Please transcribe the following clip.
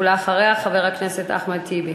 ואחריה, חבר הכנסת אחמד טיבי.